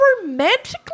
romantically